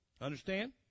Understand